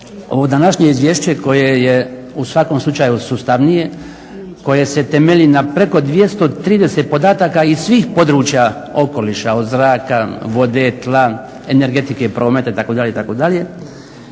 Ovo današnje izvješće koje je u svakom slučaju sustavnije, koje se temelji na preko 230 podataka iz svih područja okoliša od zraka, vode, tla, energetike, prometa itd., itd.